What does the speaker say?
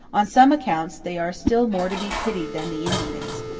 on some accounts they are still more to be pitied than the indians,